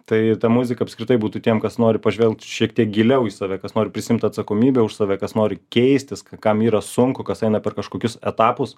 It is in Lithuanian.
tai ta muzika apskritai būtų tiem kas nori pažvelgt šiek tiek giliau į save kas nori prisiimt atsakomybę už save kas nori keistis kam yra sunku kas eina per kažkokius etapus